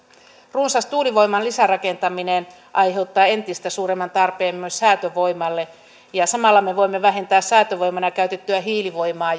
runsas tuulivoiman lisärakentaminen aiheuttaa entistä suuremman tarpeen myös säätövoimalle samalla me voimme vähentää säätövoimana käytettyä hiilivoimaa